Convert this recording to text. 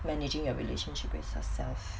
managing a relationship is yourself